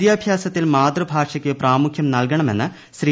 വിദ്യാഭ്യാസത്തിൽ മാതൃഭാഷയ്ക്ക് പ്രാമുഖ്യം നൽകുണമെന്ന് ശ്രീ